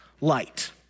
Light